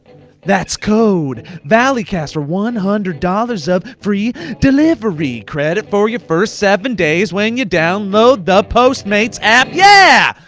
that's code valleycast for one hundred dollars of free delivery credit for your first seven days when you download the postmates app, yeah!